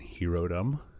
herodom